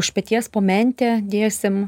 už peties po mente dėsim